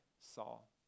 Saul